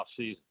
offseason